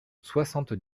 soixante